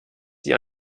die